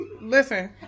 Listen